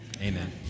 Amen